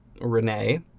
renee